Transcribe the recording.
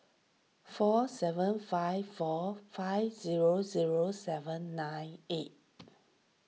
four seven five four five zero zero seven nine eight